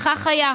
וכך היה.